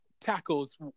tackles